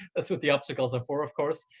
that's what the obstacles are for, of course.